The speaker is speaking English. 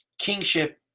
kingship